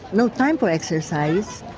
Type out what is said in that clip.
no time for exercise.